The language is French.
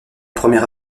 première